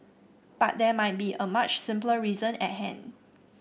but there might be a much simpler reason at hand